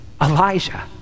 elijah